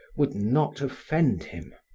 would not offend him.